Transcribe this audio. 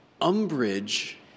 Umbrage